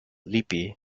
lippi